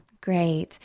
Great